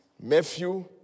Matthew